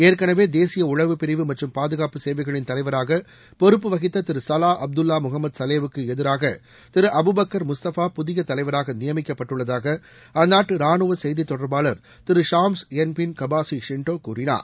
ஏற்கனவே தேசிய உளவுப்பிரிவு மற்றும் பாதுகாப்பு சேவைகளின் தலைவராக பொறுப்பு வகித்த திரு சலா அப்துல்லா முகமது சலேவுக்கு எதிலாக திரு அபுபக்கர் முஸ்தபா புதிய தலைவராக நியமிக்கப்பட்டுள்ளதாக அந்நாட்டு ராணுவ செய்தித் தொடர்பாளர் திரு ஷாம்ஸ் எல் பின் கபாசி ஷிண்ட்டோ கூறினார்